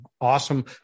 awesome